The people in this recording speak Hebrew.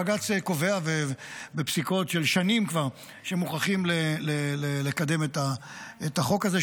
בג"ץ קובע בפסיקות של שנים כבר שמוכרחים לקדם את החוק הזה.